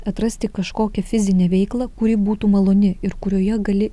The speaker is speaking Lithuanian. atrasti kažkokią fizinę veiklą kuri būtų maloni ir kurioje gali